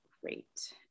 great